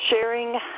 sharing